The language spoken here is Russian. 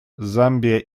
замбия